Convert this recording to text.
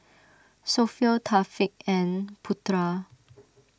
Sofea Taufik and Putra